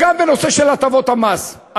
גם בנושא של הטבות המס,